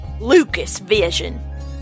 LucasVision